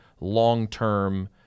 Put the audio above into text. long-term